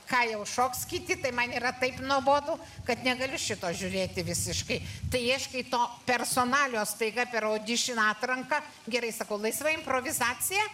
ką jau šoks kiti tai man yra taip nuobodu kad negaliu šito žiūrėti visiškai tu ieškai to personalijos staiga per audišin atranką gerai sakau laisvai improvizacija